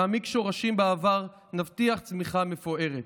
נעמיק שורשים בעבר, נבטיח צמיחה מפוארת.